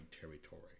territory